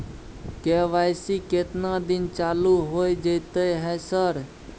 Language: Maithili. के.वाई.सी केतना दिन चालू होय जेतै है सर?